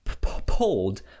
pulled